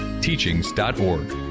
teachings.org